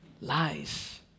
lies